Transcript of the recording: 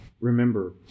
remember